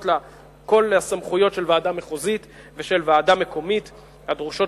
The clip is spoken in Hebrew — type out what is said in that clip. לה כל הסמכויות של ועדה מחוזית ושל ועדה מקומית הדרושות